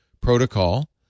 protocol